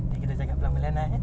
ini kita cakap perlahan-perlahan ya